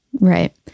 Right